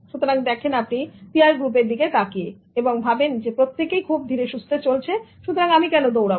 সুতরাং দেখেন আপনি পিয়ার গ্রুপের দিকে তাকিয়ে এবং ভাবেন যে প্রত্যেকেই খুব ধীরেসুস্থে চলছে সুতরাং আমি কেন দৌড়াবো